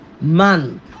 man